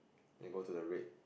then go to the red